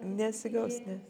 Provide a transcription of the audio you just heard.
nesigaus ne